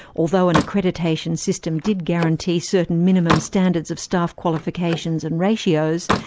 although an accreditation system did guarantee certain minimum standards of staff qualifications and ratios,